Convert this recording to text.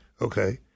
Okay